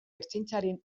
ertzaintzaren